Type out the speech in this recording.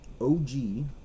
OG